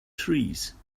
trees